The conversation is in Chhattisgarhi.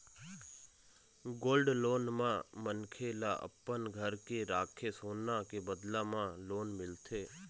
गोल्ड लोन म मनखे ल अपन घर के राखे सोना के बदला म लोन मिलथे